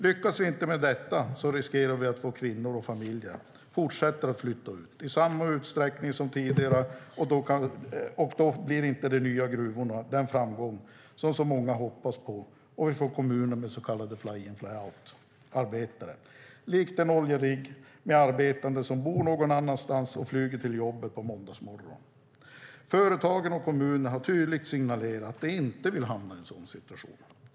Lyckas vi inte med detta riskerar vi att kvinnor och familjer fortsätter att flytta ut i samma utsträckning som tidigare, och då blir inte de nya gruvorna den framgång som så många hoppas på. Vi får kommuner med så kallade fly-in/fly-out-arbetare, likt en oljerigg med arbetande som bor någon annanstans och flyger till jobbet på måndagsmorgonen. Företagen och kommunerna har tydligt signalerat att de inte vill hamna i en sådan situation.